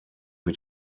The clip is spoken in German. mit